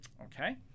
Okay